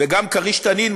וגם כריש-תנין,